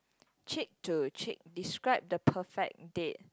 cheek to cheek describe the perfect date